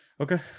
Okay